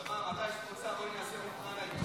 ואת היית מורה --- הייתי שמה אותך בפינה כל היום,